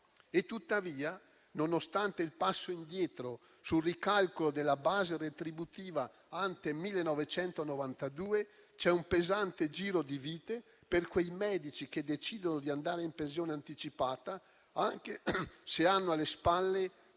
Tuttavia, nonostante il passo indietro sul ricalcolo della base retributiva *ante* 1992, c'è un pesante giro di vite per quei medici che decidono di andare in pensione anticipata, anche se hanno alle spalle quarantadue